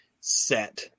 set